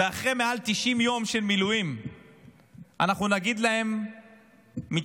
ואחרי מעל 90 יום של מילואים אנחנו נגיד להם: מצטערים,